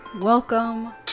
welcome